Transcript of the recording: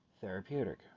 therapeutic